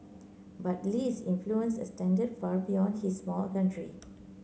but Lee's influence extended far beyond his small country